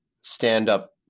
stand-up